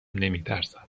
نمیترسم